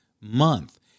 month